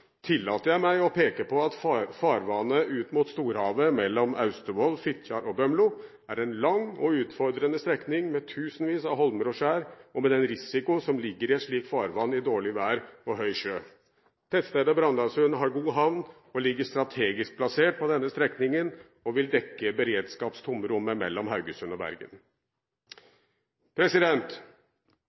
tillater jeg meg å peke på at farvannet ut mot storhavet mellom Austevoll, Fitjar og Bømlo er en lang og utfordrende strekning med tusenvis av holmer og skjær, med den risiko som ligger i et slikt farvann i dårlig vær og høy sjø. Tettstedet Brandasund har god havn og ligger strategisk plassert på denne strekningen og vil dekke beredskapstomrommet mellom Haugesund og